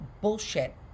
bullshit